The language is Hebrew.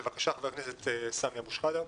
בבקשה, חבר הכנסת סמי אבו שחאדה.